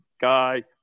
guy